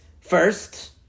first